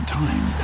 time